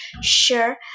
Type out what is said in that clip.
sure